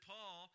Paul